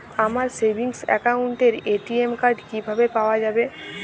আমার সেভিংস অ্যাকাউন্টের ATM card কিভাবে পাওয়া যাবে?